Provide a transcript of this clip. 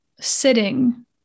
sitting